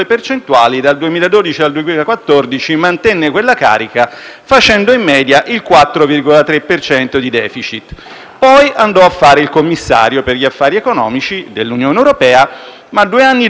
facendo in media il 4,3 per cento di *deficit*. Poi andò a fare il Commissario per gli affari economici dell'Unione europea ma due anni dopo, nel 2016, il *deficit* francese è ancora al 3,4